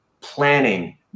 planning